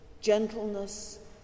gentleness